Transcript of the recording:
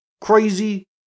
crazy